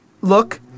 look